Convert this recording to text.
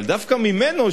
אבל דווקא ממנו,